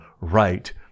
right